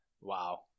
Wow